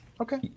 Okay